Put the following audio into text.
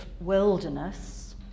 wilderness